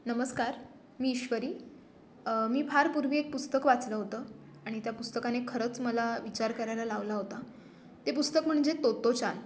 नमस्कार मी ईश्वरी मी फारपूर्वी एक पुस्तक वाचलं होतं आणि त्या पुस्तकाने खरंच मला विचार करायला लावला होता ते पुस्तक म्हणजे तोत्तोचान